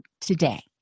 today